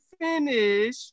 finish